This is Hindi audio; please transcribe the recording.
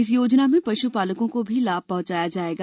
इस योजना में पशु पालकों को भी लाभ पहुंचाया जायेगा